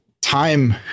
time